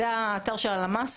זה האתר של הלמ"ס,